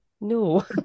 No